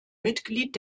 mitglied